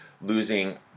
losing